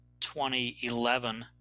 2011